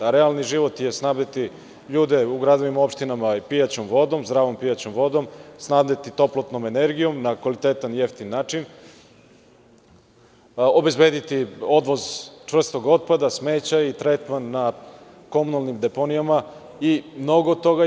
Realni život je snabdeti ljude u gradovima, opštinama, pijaćom vodom, zdravom pijaćom vodom, snabdeti toplotnom energijom na kvalitetan, jeftin način, obezbediti odvoz čvrstog otpada, smeća i tretman na komunalnim deponijama i mnogo toga još.